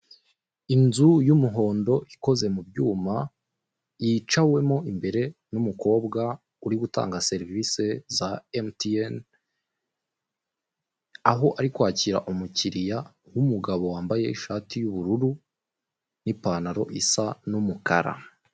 Inzu y'umuhondo ikoze mu byuma yicawemo imbere n'umukobwa uri gutanga serivisi za emutiyene, aho ari kwakira umukiriya w'umugabo wambaye ishati y'ubururu n'ipantaro isa n'umukara.